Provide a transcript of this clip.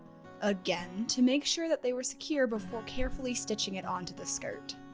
again to make sure that they were secure before carefully stitching it onto the skirt.